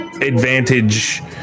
advantage